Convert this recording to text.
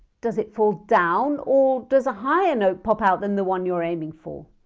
does it fall down or does a higher note pop out than the one you're aiming for?